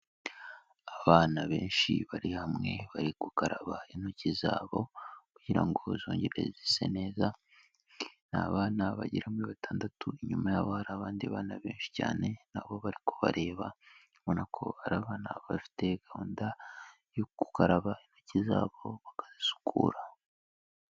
Abana benshi bari hamwe, bari gukaraba intoki zabo, kugira ngo zongere zise neza, ni abana bagera kuri batandatu, inyuma hari abandi bana benshi cyane, nabo bari gubareba, ubona ko ari abana bafite gahunda yo kukaraba intoki zabo bakazisukura.